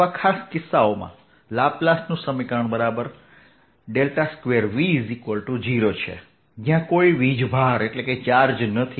અથવા ખાસ કિસ્સાઓમાંલેપલેસનું સમીકરણ ∇2v0 છે જ્યાં કોઈ વિજભાર નથી